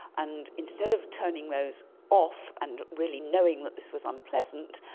and instead of turning those off and really knowing that this was unpleasant,